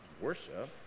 worship